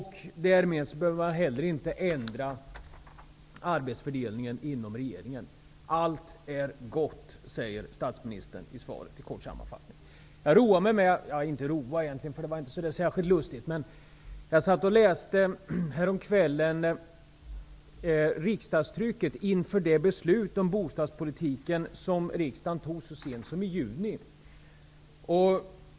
Därmed behöver man inte heller ändra arbetsfördelningen inom regeringen. Allt är gott, säger statsministern i svaret i kort sammanfattning. Häromkvällen roade jag mig med -- ja, egentligen är det fel uttryck; det var inte så särskilt lustigt -- att läsa vad som återgavs i riksdagstrycket inför det beslut om bostadspolitiken som riksdagen fattade så sent som i juni.